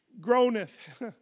groaneth